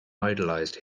idolized